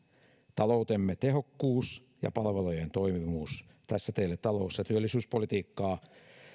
taloutemme tehokkuus ja palvelujen toimivuus tässä teille talous ja työllisyyspolitiikkaa